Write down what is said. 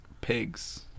Pigs